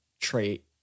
trait